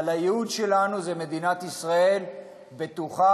אבל הייעוד שלנו זה מדינת ישראל בטוחה,